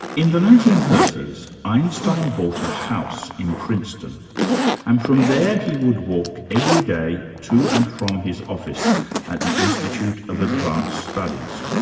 in the nineteen thirty s, einstein bought a house in princeton and from there he would walk every day to and from his office at the institute of advanced studies,